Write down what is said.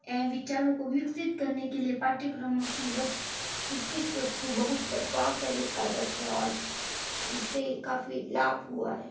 यह विचारों को विकसित करने के लिए पाठ्यक्रमों की वस विशिष्ट वस्तु बहुत प्रभावशाली कारक है और इससे काफी लाभ हुआ है